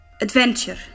adventure